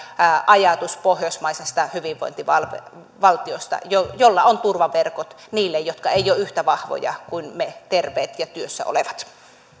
ajatus pohjoismaisesta hyvinvointivaltiosta jolla jolla on turvaverkot niille jotka eivät ole yhtä vahvoja kuin me terveet ja työssä olevat